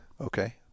Okay